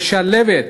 משלבת,